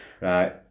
Right